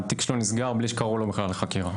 התיק שלו נסגר בלי שקראו לו בכלל לחקירה ,